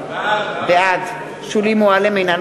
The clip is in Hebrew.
בעד שולי מועלם-רפאלי,